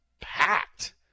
packed